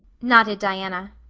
nodded diana.